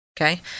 Okay